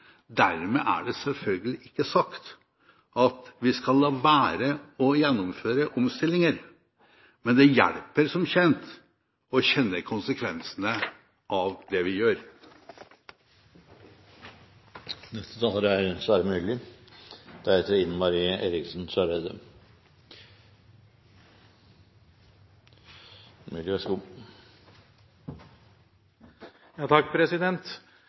Dermed er det selvfølgelig ikke sagt at vi skal la være å gjennomføre omstillinger, men det hjelper, som kjent, å kjenne til konsekvensene av det vi gjør. Interpellanten har fått mye ros for å ha tatt opp dette spørsmålet. Så